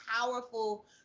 powerful